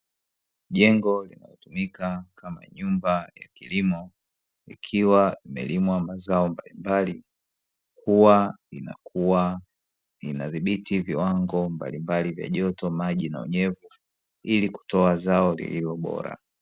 Jengo linalotumika kama nyumba ya kilimo likiwa imelimwa mazao mbalimbali huwa inakua inadhibiti viwango mbalimbali vya joto, maji na unyevu ili kutoa zao lilo bora.